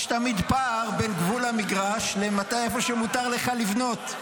יש תמיד פער בין גבול המגרש לאיפה שמותר לך לבנות.